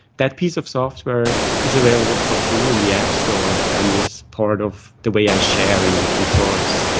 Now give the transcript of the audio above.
that piece of software is available for free in the app store, and is part of the way i share in open-source.